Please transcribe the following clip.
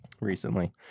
recently